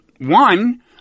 one